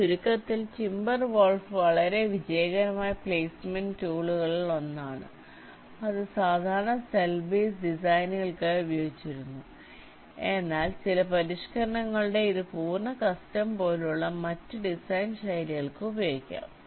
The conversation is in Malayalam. അതിനാൽ ചുരുക്കത്തിൽ ടിംബെർവോൾഫ് വളരെ വിജയകരമായ പ്ലെയ്സ്മെന്റ് ടൂളുകളിൽ ഒന്നാണ് അത് സാധാരണ സെൽ ബേസ് ഡിസൈനുകൾക്കായി ഉപയോഗിച്ചിരുന്നു എന്നാൽ ചില പരിഷ്ക്കരണങ്ങളോടെ ഇത് പൂർണ്ണ കസ്റ്റം പോലുള്ള മറ്റ് ഡിസൈൻ ശൈലികൾക്കും ഉപയോഗിക്കാം